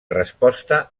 resposta